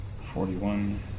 forty-one